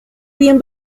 bien